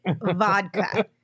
vodka